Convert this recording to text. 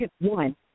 one